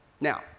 Now